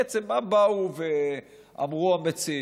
בעצם מה באו ואמרו המציעים?